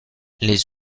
les